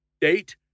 Date